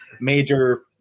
major